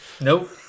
Nope